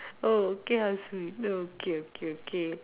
oh okay how sweet oh okay okay okay